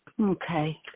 Okay